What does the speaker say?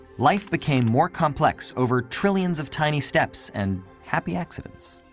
life became more complex over trillions of tiny steps and happy accidents.